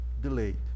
delayed